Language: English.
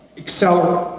excel,